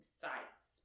sites